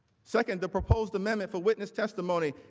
second, the proposed amendment for witness testimony,